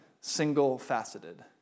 single-faceted